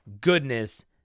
goodness